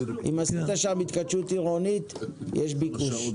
אם עשית שם התחדשות עירונית, יש ביקוש.